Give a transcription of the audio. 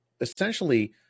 essentially